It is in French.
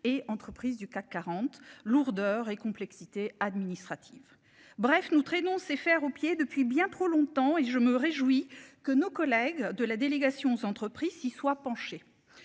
et entreprises du CAC 40. Lourdeur et complexité administrative. Bref nous traînons ses faire aux pieds depuis bien trop longtemps et je me réjouis que nos collègues de la délégation aux entreprises soient penchées.